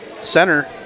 center